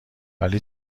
ولی